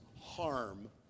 harm